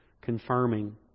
confirming